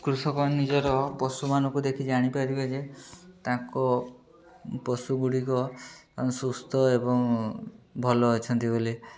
କୃଷକ ନିଜର ପଶୁମାନଙ୍କୁ ଦେଖି ଜାଣିପାରିବେ ଯେ ତାଙ୍କ ପଶୁଗୁଡ଼ିକ ସୁସ୍ଥ ଏବଂ ଭଲ ଅଛନ୍ତି ବୋଲି